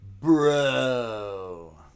Bro